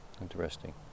interesting